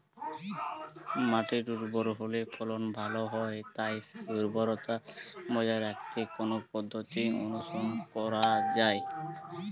মাটি উর্বর হলে ফলন ভালো হয় তাই সেই উর্বরতা বজায় রাখতে কোন পদ্ধতি অনুসরণ করা যায়?